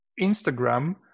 Instagram